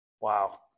wow